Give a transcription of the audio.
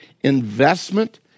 investment